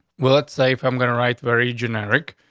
well, it's safe. i'm gonna write very generic.